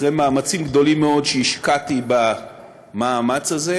אחרי מאמצים גדולים מאוד שהשקעתי במאמץ הזה,